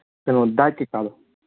ꯀꯩꯅꯣ ꯗꯥꯏꯠ ꯀꯩꯀꯥꯗꯣ